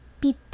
pit